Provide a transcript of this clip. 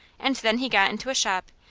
and then he got into a shop,